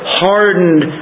hardened